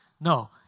no